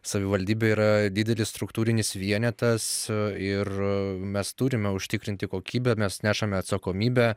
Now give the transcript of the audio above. savivaldybė yra didelis struktūrinis vienetas ir mes turime užtikrinti kokybę mes nešame atsakomybę